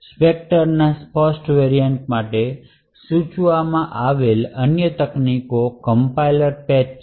સ્પેકટરના first variant માટે સૂચવવામાં આવેલી અન્ય તકનીકો કમ્પાઈલર પેચ છે